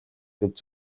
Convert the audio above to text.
гэж